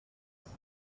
pits